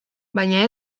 baina